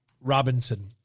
Robinson